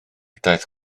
daeth